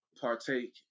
partake